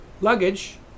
luggage